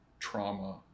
trauma